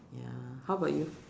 ya how about you